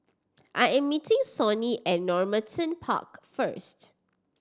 I am meeting Sonny at Normanton Park first